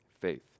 Faith